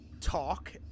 talk